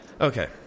Okay